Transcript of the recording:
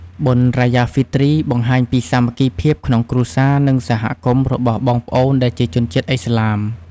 បុណ្យរ៉ាយ៉ា ហ្វីទ្រី បង្ហាញពីសាមគ្គីភាពក្នុងគ្រួសារ និងសហគមន៍របស់បងប្អូនដែលជាជនជាតិឥស្លាម។